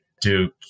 Duke